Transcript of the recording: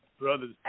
Brothers